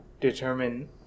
determine